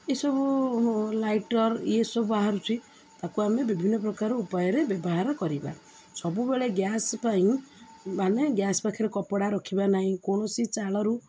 ଏସବୁ ଲାଇଟର ଇଏସବୁ ବାହାରୁଛି ତାକୁ ଆମେ ବିଭିନ୍ନ ପ୍ରକାର ଉପାୟରେ ବ୍ୟବହାର କରିବା ସବୁବେଳେ ଗ୍ୟାସ ପାଇଁ ମାନେ ଗ୍ୟାସ ପାଖରେ କପଡ଼ା ରଖିବା ନାହିଁ କୌଣସି ଚାଳରୁ